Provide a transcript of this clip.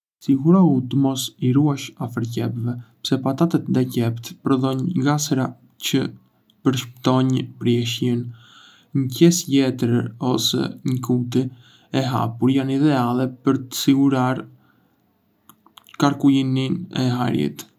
Sigurohu të mos i ruash afër qepëve, pse patatet dhe qepët prodhojnë gazra që përshpejtojnë prishjen. Një qese letre ose një kuti e hapur janë ideale për të siguruar qarkullimin e ajrit.